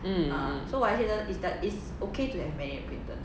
mm